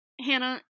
Hannah